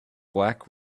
black